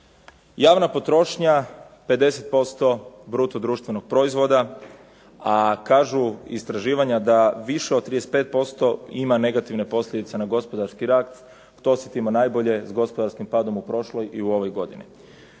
Javna potrošnja 50% bruto društvenog proizvoda a kažu istraživanja da više od 35% ima negativne posljedice na gospodarski rast, to osjetimo najbolje s gospodarskim padom u prošloj i u ovoj godini.